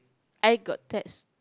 I got that's